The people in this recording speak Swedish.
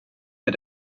med